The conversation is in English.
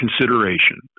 consideration